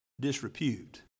disrepute